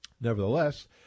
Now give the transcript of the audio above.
nevertheless